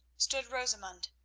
stood rosamund.